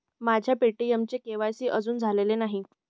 माझ्या पे.टी.एमचे के.वाय.सी अजून झालेले नाही